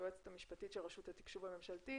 היועצת המשפטית של רשות התקשוב הממשלתי.